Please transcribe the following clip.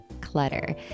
clutter